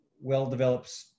well-developed